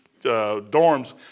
dorms